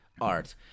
art